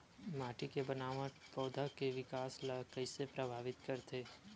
माटी के बनावट हा पौधा के विकास ला कइसे प्रभावित करथे?